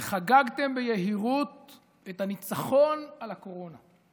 וחגגתם ביהירות את הניצחון על הקורונה.